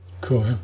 Cool